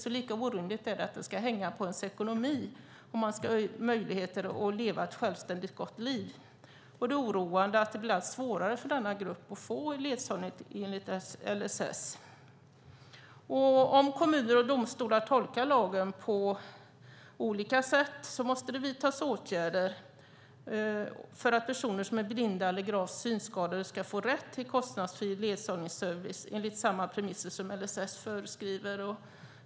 Det är lite oroligt att det ska hänga på ens ekonomi om man ska ha möjligheter att leva ett självständigt och gott liv. Och det är oroande att det ibland är svårare för denna grupp att få ledsagning enligt LSS. Om kommuner och domstolar tolkar lagen på olika sätt måste det vidtas åtgärder för att personer som är blinda eller gravt synskadade ska få rätt till kostnadsfri ledsagarservice enligt samma premisser som LSS föreskriver.